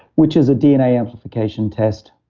which is a dna amplification test.